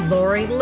Lori